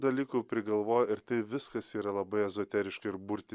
dalykų prigalvoj ir tai viskas yra labai ezoteriškai ir burti